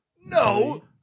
No